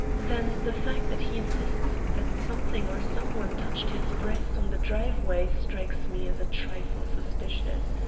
then the fact that he insists that something or some one touched his breast on the driveway strikes me as a trifle suspicious.